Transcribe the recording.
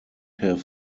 have